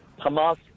hamas